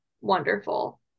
wonderful